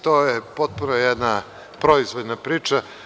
To je potpuno jedna proizvoljna priča.